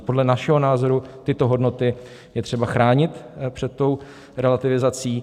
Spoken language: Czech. Podle našeho názoru tyto hodnoty je třeba chránit před tou relativizací.